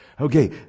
Okay